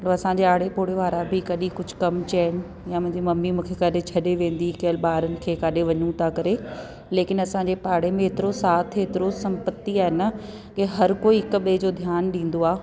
त असांजे आड़े पुड़े वारा बि कॾहिं कुझु कम चईनि या मुंहिंजी ममी मूंखे छॾे वेंदी के हल ॿारनि खे किथे वञू था करे लेकिन असांजे पाड़े में एतिरो साथ समपत्ति आहे न के हर कोई हिक ॿिए जो ध्यानु ॾींदो आहे